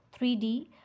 3D